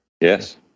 Yes